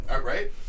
Right